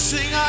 Sing